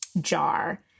jar